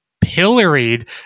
pilloried